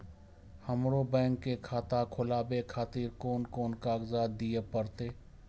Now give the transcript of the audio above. हमरो बैंक के खाता खोलाबे खातिर कोन कोन कागजात दीये परतें?